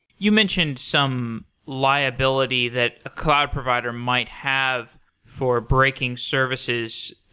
you mentioned some liability that a cloud provider might have for breaking services.